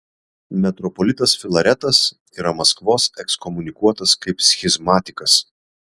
metropolitas filaretas yra maskvos ekskomunikuotas kaip schizmatikas